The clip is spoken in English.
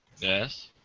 Yes